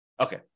Okay